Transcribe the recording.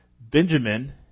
Benjamin